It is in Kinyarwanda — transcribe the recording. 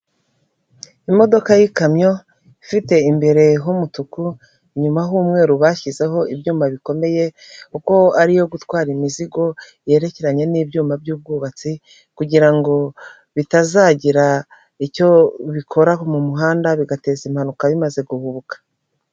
Imodoka y'ikamyo ifite imbere h'umutuku, inyuma h'umweru bashyizeho ibyuma bikomeye, kuko ari iyo gutwara imizigo, yerekeranye n'ibyuma by'ubwubatsi, kugirango bitazagira icyo bikoraho mu muhanda bigateza impanuka bimaze guhubuka.